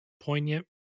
poignant